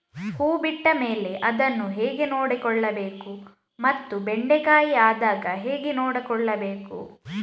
ಹೂ ಬಿಟ್ಟ ಮೇಲೆ ಅದನ್ನು ಹೇಗೆ ನೋಡಿಕೊಳ್ಳಬೇಕು ಮತ್ತೆ ಬೆಂಡೆ ಕಾಯಿ ಆದಾಗ ಹೇಗೆ ನೋಡಿಕೊಳ್ಳಬೇಕು?